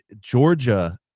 Georgia